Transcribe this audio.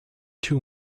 too